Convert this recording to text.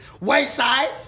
Wayside